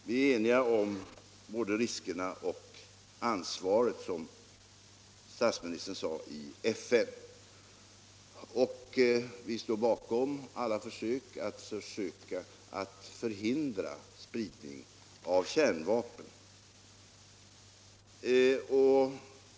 Vi är eniga om både riskerna och ansvaret, som statsministern sade i FN, och vi står bakom alla försök att förhindra spridning av kärnvapen.